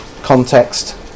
context